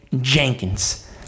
Jenkins